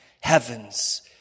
heavens